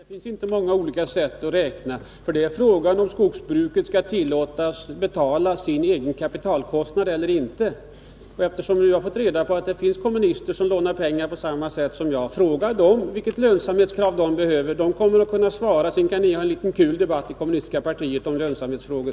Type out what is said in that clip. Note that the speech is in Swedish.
Fru talman! Det finns inte många olika sätt att räkna på. Det gäller om skogsbruket skall tillåtas betala sin egen kapitalkostnad eller inte. Och eftersom jag nu har fått reda på att det finns kommunister som lånar pengar på samma sätt som jag vill jag säga: Fråga dem vilket lönsamhetskrav de behöver — de kommer att kunna svara. Sedan kan ni ha en liten kul debatt i det kommunistiska partiet om lönsamhetsfrågor.